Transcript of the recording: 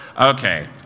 Okay